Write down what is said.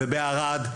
בערד,